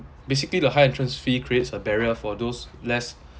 basically the high entrance fee creates a barrier for those less